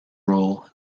role